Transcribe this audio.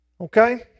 Okay